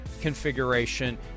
configuration